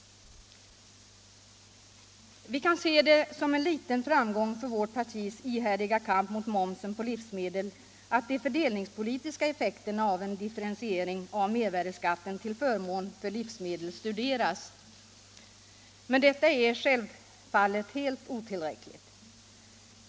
Vi kan se det som en liten framgång för vårt partis ihärdiga kamp mot momsen på livsmedel att de fördelningspolitiska effekterna av en differentiering av mervärdeskatten till förmån för livsmedel studeras. Men detta är självfallet inte tillräckligt.